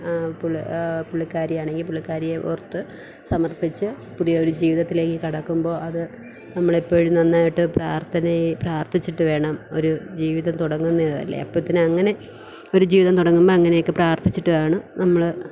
പുള്ളി പുള്ളിക്കാരി ആണെങ്കിൽ പുള്ളിക്കാരിയെ ഓർത്തു സമർപ്പിച്ചു പുതിയൊരു ജീവിതത്തിലേക്കു കടക്കുമ്പോൾ അതു നമ്മളെപ്പോഴും നന്നായിട്ടു പ്രാർത്ഥനയെ പ്രാർത്ഥിച്ചിട്ടു വേണം ഒരു ജീവിതം തുടങ്ങുന്നതല്ലെ അപ്പം പിന്നെ അങ്ങനെ ഒരു ജീവിതം തുടങ്ങുമ്പോൾ അങ്ങനെയൊക്കെ പ്രാർത്ഥിച്ചിട്ടാണ് നമ്മൾ